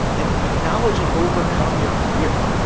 and acknowledged and overcome your fear.